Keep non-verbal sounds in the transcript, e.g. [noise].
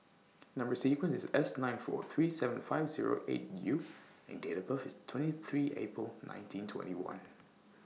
Number sequence IS S nine four three seven five Zero eight U [noise] and Date of birth IS twenty three April nineteen twenty one